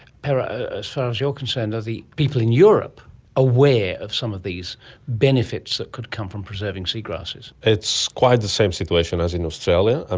pere, as far as you're concerned, are the people in europe aware of some of these benefits that could come from preserving seagrasses? it's quite the same situation as in australia. ah